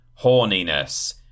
horniness